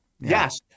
Yes